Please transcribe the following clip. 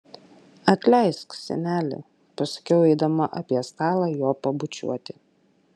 atleisk seneli pasakiau eidama apie stalą jo pabučiuoti